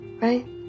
right